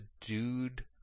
dude